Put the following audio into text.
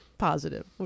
Positive